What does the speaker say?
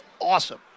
awesome